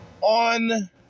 On